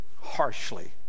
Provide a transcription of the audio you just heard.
harshly